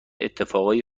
اتفاقای